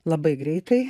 labai greitai